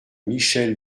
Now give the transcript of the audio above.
michèle